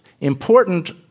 important